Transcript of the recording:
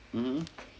mmhmm